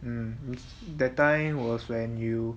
mm that time was when you